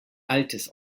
altes